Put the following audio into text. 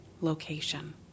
location